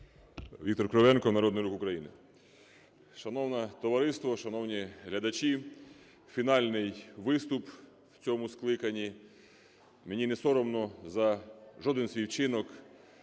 Віктор Кривенко, "Народний рух України". Шановне товариство, шановні глядачі, фінальний виступ в цьому скликанні. Мені не соромно за жоден свій вчинок,